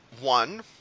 one